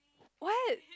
what